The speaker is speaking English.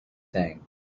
thing